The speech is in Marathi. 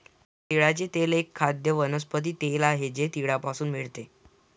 तिळाचे तेल एक खाद्य वनस्पती तेल आहे जे तिळापासून मिळते